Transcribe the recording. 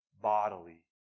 bodily